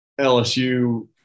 LSU